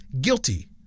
guilty